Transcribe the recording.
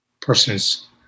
persons